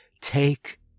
take